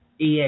EX